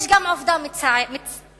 יש גם עובדה מצערת,